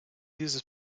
dieses